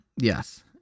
yes